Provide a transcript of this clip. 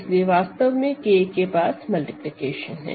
इसीलिए वास्तव में K के पास मल्टीप्लिकेशन है